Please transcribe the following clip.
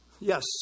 Yes